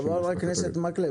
חבר הכנסת מקלב,